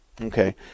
Okay